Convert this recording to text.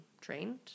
trained